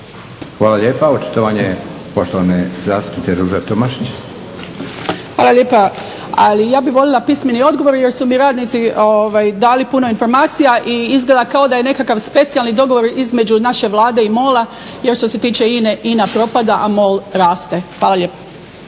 Hvala lijepa. Očitovanje poštovane zastupnice Ruže Tomašić. **Tomašić, Ruža (HSP AS)** Hvala lijepa, ali ja bih voljela pismeni odgovor jer su mi radnici dali puno informacija i izgleda kao da je nekakav specijalni dogovor između naše Vlade i MOL-a, jer što se tiče INA-e, INA propada a MOL raste. Hvala lijepa.